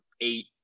eight